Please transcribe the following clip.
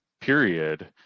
period